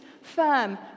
firm